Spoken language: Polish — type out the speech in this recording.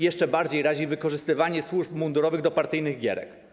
Jeszcze bardziej razi wykorzystywanie służb mundurowych do partyjnych gierek.